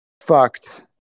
fucked